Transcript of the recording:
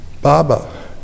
Baba